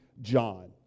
John